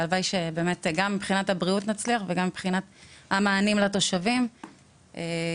והלוואי שנצליח גם מבחינת הבריאות וגם מבחינת המענים לתושבים שיקודמו.